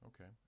okay